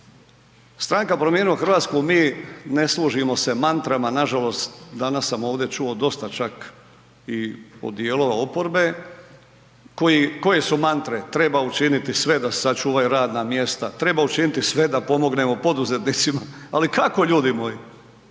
stranka Promijenimo Hrvatsku mi ne služimo se mantrama, nažalost ovdje sam danas čuo dosta čak i od dijelova oporbe. Koje su mantre? Treba učiniti sve da se sačuvaju radna mjesta, treba učiniti sve da pomognemo poduzetnicima. Ali kako ljudi moji?